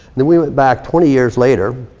then we went back twenty years later,